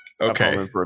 Okay